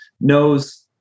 knows